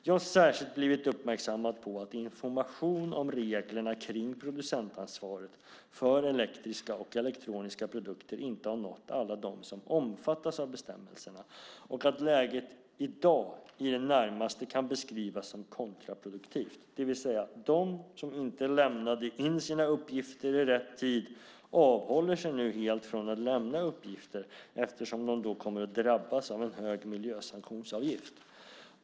Jag har särskilt blivit uppmärksammad på att information om reglerna kring producentansvaret för elektriska och elektroniska produkter inte har nått alla dem som omfattas av bestämmelserna och att läget i dag i det närmaste kan beskrivas som kontraproduktivt - det vill säga de som inte lämnade in sina uppgifter i rätt tid avhåller sig nu helt från att lämna uppgifter eftersom de då kommer att drabbas av en hög miljösanktionsavgift.